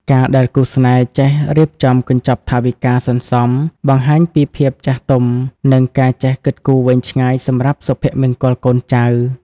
ការដែលគូស្នេហ៍ចេះ "រៀបចំកញ្ចប់ថវិកាសន្សំ" បង្ហាញពីភាពចាស់ទុំ និងការចេះគិតគូរវែងឆ្ងាយសម្រាប់សុភមង្គលកូនចៅ។